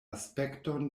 aspekton